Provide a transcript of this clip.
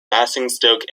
basingstoke